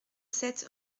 sept